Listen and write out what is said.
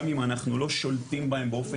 גם אם אנחנו לא שולטים בהם באופן